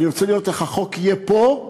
אני רוצה לראות איך החוק יהיה פה,